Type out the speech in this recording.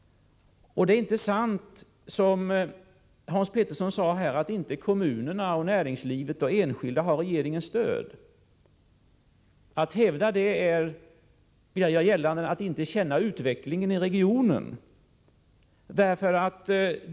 Det är inte sant, som Hans Petersson i Hallstahammar sade, att kommunerna, näringslivet och enskilda inte har regeringens stöd. Att hävda det är att inte känna utvecklingen i regionen.